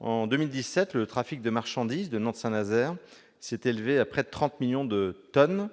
En 2017, le trafic de marchandises de Nantes-Saint-Nazaire s'est élevé à près de 30 millions de tonnes,